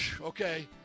okay